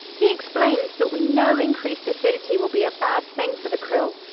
he explains that we know increased acidity will be a bad thing for the krill,